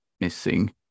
missing